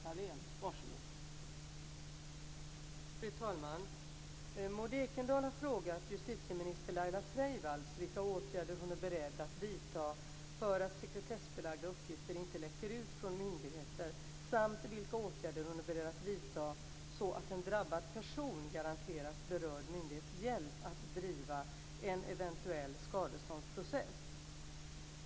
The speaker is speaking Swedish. Fru talman! Maud Ekendahl har frågat justitieminister Laila Freivalds vilka åtgärder hon är beredd att vidta så att sekretessbelagda uppgifter inte läcker ut från myndigheter samt vilka åtgärder hon är beredd att vidta så att en drabbad person garanteras berörd myndighets hjälp att driva en eventuell skadeståndsprocess.